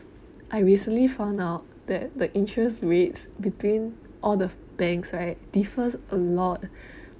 I recently found out that the interest rate between all the banks right differs a lot